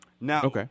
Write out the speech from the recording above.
Now